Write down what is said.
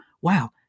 wow